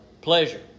pleasure